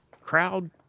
crowd